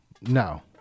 No